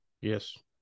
Yes